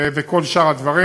וכל שאר הדברים.